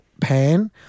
pan